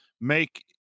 make